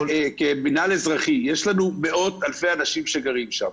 כמינהל אזרחי יש לנו מאות אלפי אנשים שגרים שם,